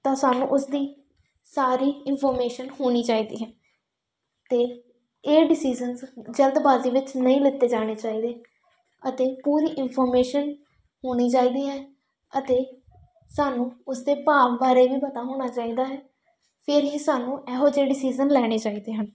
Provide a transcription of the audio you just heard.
ਤਾਂ ਸਾਨੂੰ ਉਸਦੀ ਸਾਰੀ ਇਨਫੋਰਮੇਸ਼ਨ ਹੋਣੀ ਚਾਹੀਦੀ ਹੈ ਅਤੇ ਇਹ ਡਸੀਜ਼ਨਸ ਜਲਦਬਾਜ਼ੀ ਵਿੱਚ ਨਹੀਂ ਲਿੱਤੇ ਜਾਣੇ ਚਾਹੀਦੇ ਅਤੇ ਪੂਰੀ ਇਨਫੋਰਮੇਸ਼ਨ ਹੋਣੀ ਚਾਹੀਦੀ ਹੈ ਅਤੇ ਸਾਨੂੰ ਉਸਦੇ ਭਾਵ ਬਾਰੇ ਵੀ ਪਤਾ ਹੋਣਾ ਚਾਹੀਦਾ ਹੈ ਫਿਰ ਹੀ ਸਾਨੂੰ ਇਹੋ ਜਿਹੇ ਡਸੀਜ਼ਨ ਲੈਣੇ ਚਾਹੀਦੇ ਹਨ